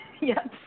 Yes